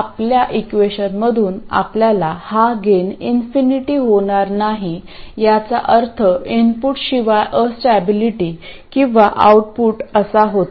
आपल्या इक्वेशनमधून आपल्याला हा गेन इन्फिनिटी होणार नाही याचा अर्थ इनपुटशिवाय अस्टॅबिलिटी किंवा आउटपुट असा होतो